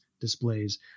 displays